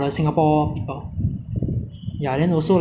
many areas with forests are getting demolish